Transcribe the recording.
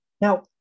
Now